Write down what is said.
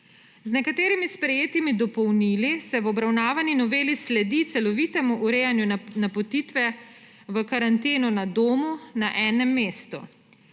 Z nekaterimi sprejetimi dopolnili se v obravnavani noveli sledi celovitemu urejanju napotitve v karanteno na domu na enem mestu.